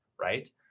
right